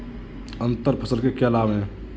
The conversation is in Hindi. अंतर फसल के क्या लाभ हैं?